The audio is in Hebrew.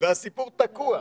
והסיפור תקוע.